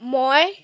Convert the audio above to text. মই